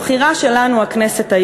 הבחירה שלנו, הכנסת,